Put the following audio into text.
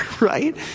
right